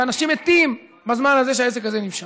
ואנשים מתים בזמן הזה שהעסק הזה נמשך.